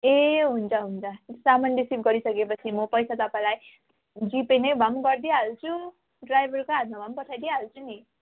ए हुन्छ हुन्छ सामान रिसिभ गरिसकेपछि म पैसा तपाईँलाई जिपे नै भए पनि गरदिइहाल्छु ड्राइभरकै हातमा भए पनि पठाइदिइहाल्छु नि